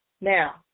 Now